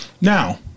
Now